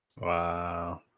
Wow